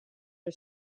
are